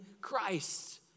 Christ